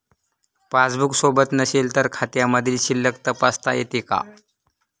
Passbook सोबत नसेल तर खात्यामधील शिल्लक तपासता येते का?